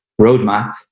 roadmap